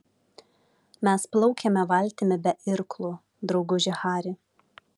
mes plaukiame valtimi be irklų drauguži hari